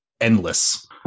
endless